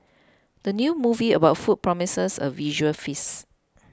the new movie about food promises a visual feast